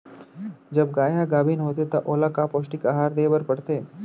जब गाय ह गाभिन होथे त ओला का पौष्टिक आहार दे बर पढ़थे?